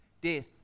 death